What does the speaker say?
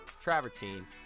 travertine